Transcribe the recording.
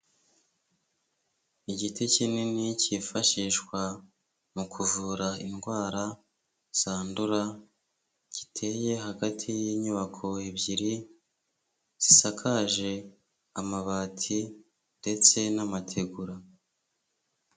Igiti kinini cyifashishwa mu kuvura indwara zandura, giteye hagati y'inyubako ebyiri, zisakaje amabati ndetse n'amategura.